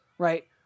Right